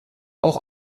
auch